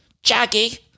Jackie